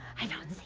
i don't